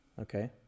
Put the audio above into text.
Okay